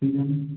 ठीक आहे ना